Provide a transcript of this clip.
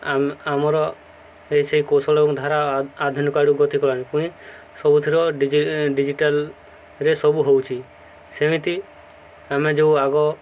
ଆମ ଆମର ଏ ସେଇ କୌଶଳକୁ ଧାରା ଆଧୁନିକ ଆଡ଼କୁ ଗତି କଲାଣି ପୁଣି ସବୁଥିର ଡିଜିଟାଲରେ ସବୁ ହଉଛି ସେମିତି ଆମେ ଯେଉଁ ଆଗ